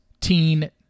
Teen